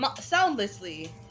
soundlessly